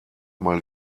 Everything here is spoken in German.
mal